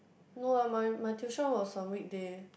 no lah my my tuition was on weekday